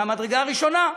מהמדרגה הראשונה.